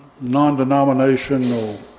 non-denominational